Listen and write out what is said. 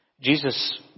Jesus